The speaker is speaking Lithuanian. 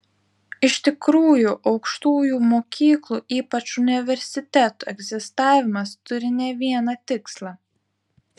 iš tikrųjų aukštųjų mokyklų ypač universitetų egzistavimas turi ne vieną tikslą